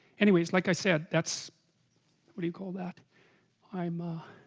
anyways like i said that's what do you call that i'm? ah